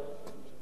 והקשה